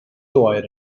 oer